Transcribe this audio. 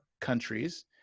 countries